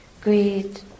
greed